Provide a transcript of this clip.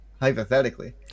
Hypothetically